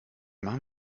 machen